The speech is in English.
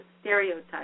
stereotypes